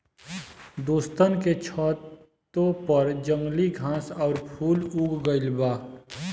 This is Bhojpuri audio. दोस्तन के छतों पर जंगली घास आउर फूल उग गइल बा